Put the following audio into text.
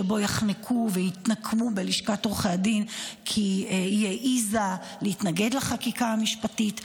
שבו יחנקו ויתנקמו בלשכת עורכי הדין כי היא העזה להתנגד לחקיקה המשפטית,